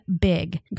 big